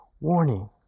warning